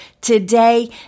today